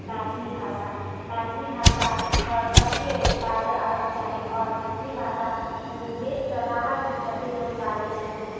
मैथिली भाषा मैथिली भाषा तऽ सबके बाजऽ आबऽके चाही आओर मैथिली भाषा देशसँ बाहर भी कतेक लोग बाजै छथिन